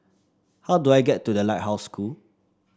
how do I get to The Lighthouse School